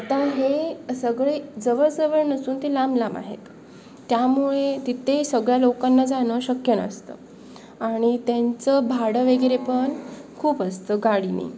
आता हे सगळे जवळजवळ नसून ते लांब लांब आहेत त्यामुळे तिथे सगळ्या लोकांना जाणं शक्य नसतं आणि त्यांचं भाडं वगैरे पण खूप असतं गाडीने